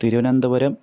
Thiruvananthapuram